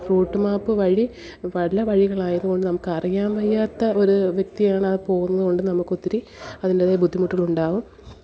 root map വഴി പല വഴികളായത് കൊണ്ട് നമുക്ക് അറിയാന് വയ്യാത്ത ഒരു വ്യക്തിയാണ് പോവുന്നതുകൊണ്ട് നമുക്ക് ഒത്തിരി അതിന്റെതായ ബുദ്ധിമുട്ടുകളുണ്ടാവും